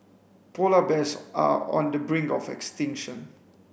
polar bears are on the brink of extinction